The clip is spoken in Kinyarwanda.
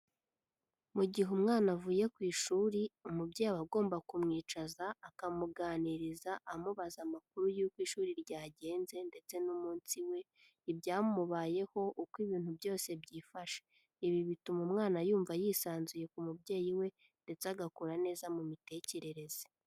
Mu gihe umwana avuye ku ishuri, umubyeyi aba agomba kumwicaza akamuganiriza amubaza amakuru y'uko ishuri ryagenze ndetse n'umunsi we, ibyamubayeho, uko ibintu byose byifashe, ibi bituma umwana yumva yisanzuye ku mubyeyi we ndetse agakura neza mu mitekerereze.